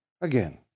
Again